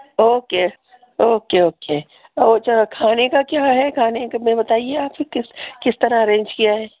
okay okay okay اور اچھا کھانے کا کیا ہے کھانے کا میں بتائیے آپ کس کس طرح ارینج کیا ہے